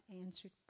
answered